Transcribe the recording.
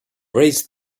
raised